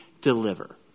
deliver